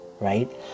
right